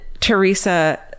Teresa